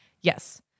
Yes